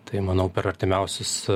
tai manau per artimiausius